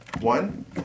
one